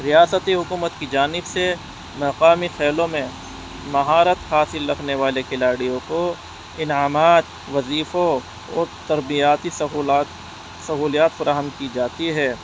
ریاستی حکومت کی جانب سے مقامی خھیلوں میں مہارت حاصل رکھنے والے کھلاڑیوں کو انعامات وظیفوں اور تربیاتی سہولت سہولیات فراہم کی جاتی ہے